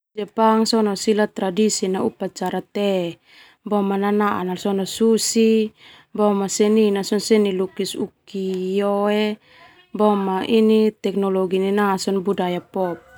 Tradisi na upacara teh boma nanaa sona susi. Boma seni lukis ukioe teknologi nai na sona budaya pop.